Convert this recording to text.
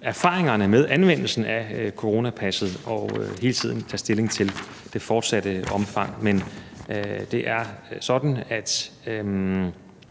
erfaringerne med anvendelsen af coronapasset og hele tiden tage stilling til det fortsatte omfang.